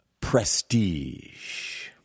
prestige